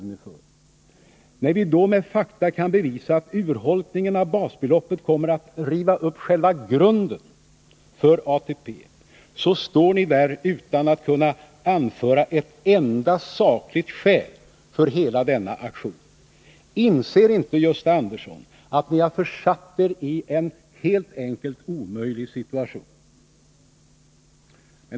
När vi med fakta kan bevisa att urholkningen av basbeloppet kommer att riva upp själva grunden för ATP, så står ni där utan att kunna anföra ett enda sakligt skäl för hela denna aktion. Inser inte Gösta Andersson att regeringspartierna försatt sig i en helt enkelt omöjlig situation?